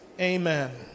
Amen